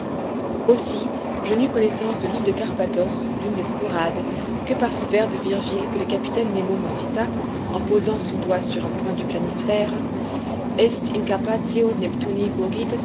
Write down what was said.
aussi je n'eus connaissance de l'île de carpathos l'une des sporades que par ce vers de virgile que le capitaine nemo me cita en posant son doigt sur un point du planisphère est